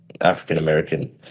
African-American